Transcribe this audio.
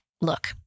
Look